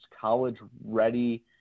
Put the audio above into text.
college-ready